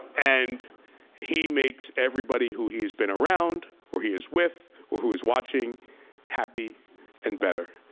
and he makes everybody who he's been around or he has with or who is watching happy and better,